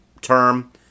term